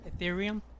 Ethereum